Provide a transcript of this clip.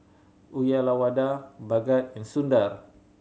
Uyyalawada Bhagat and Sundar